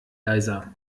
leiser